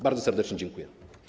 Bardzo serdecznie dziękuję.